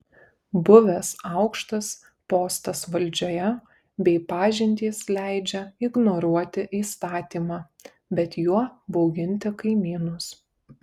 buvęs aukštas postas valdžioje bei pažintys leidžia ignoruoti įstatymą bet juo bauginti kaimynus